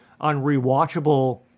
unrewatchable